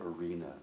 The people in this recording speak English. arena